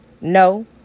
No